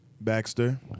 Baxter